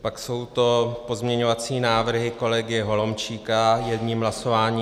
Pak jsou to pozměňovací návrhy kolegy Holomčíka jedním hlasováním.